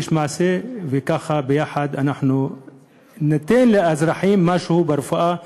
איש מעשה, וככה ביחד ניתן לאזרחים משהו ברפואה,